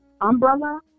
umbrella